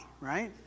right